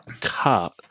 cut